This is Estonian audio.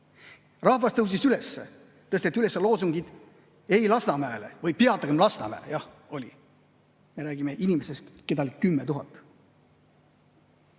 Rahvas tõusis üles, tõsteti üles loosungid "Ei Lasnamäele!" või "Peatage Lasnamäe!", jah, nii oli. Me räägime inimestest, keda oli 10 000.